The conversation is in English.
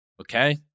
okay